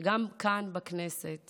שגם כאן בכנסת